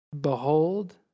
Behold